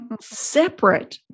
separate